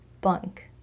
bunk